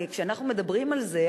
כשאנחנו מדברים על זה,